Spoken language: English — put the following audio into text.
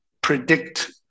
predict